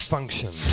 Function